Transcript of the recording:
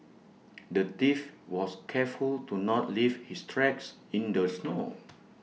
the thief was careful to not leave his tracks in the snow